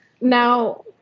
Now